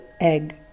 egg